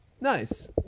Nice